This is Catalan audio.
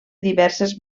diverses